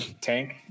Tank